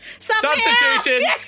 Substitution